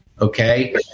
okay